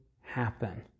happen